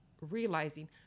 realizing